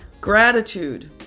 Gratitude